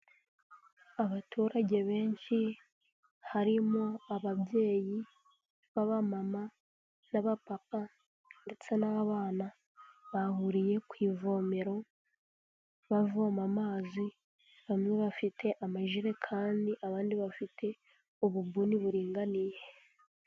Abaturage benshi harimo ababyeyi baba mama n'aba papa ndetse n'abana, bahuriye ku ivomero bavoma amazi bamwe bafite amajerekani abandi bafite ububuni buringaniye.